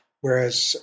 whereas